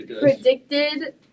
predicted